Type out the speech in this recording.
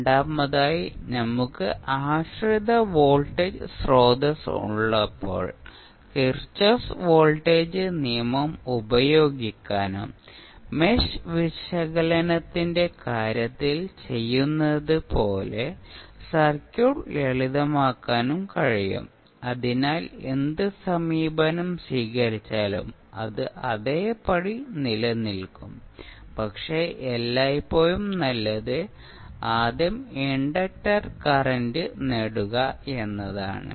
രണ്ടാമതായി നമുക്ക് ആശ്രിത വോൾട്ടേജ് സ്രോതസ്സ് ഉള്ളപ്പോൾ കിർചോഫ് വോൾട്ടേജ് നിയമം ഉപയോഗിക്കാനും മെഷ് വിശകലനത്തിന്റെ കാര്യത്തിൽ ചെയ്യുന്നതുപോലെ സർക്യൂട്ട് ലളിതമാക്കാനും കഴിയും അതിനാൽ എന്ത് സമീപനം സ്വീകരിച്ചാലും അത് അതേപടി നിലനിൽക്കും പക്ഷേ എല്ലായ്പ്പോഴും നല്ലത് ആദ്യം ഇൻഡക്റ്റർ കറന്റ് നേടുക എന്നതാണ്